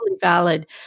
valid